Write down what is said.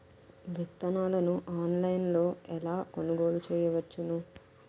విత్తనాలను ఆన్లైన్లో ఎలా కొనుగోలు చేయవచ్చున?